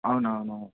అవును అవును